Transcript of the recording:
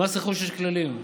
למס רכוש יש כללים: